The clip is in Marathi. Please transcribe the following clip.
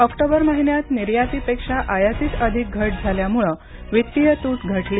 ऑक्टोबर महिन्यात निर्यातीपेक्षा आयातीत अधिक घट झाल्यामुळं वित्तीय तुट घटली